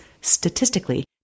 Statistically